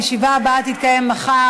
הישיבה הבאה תתקיים מחר,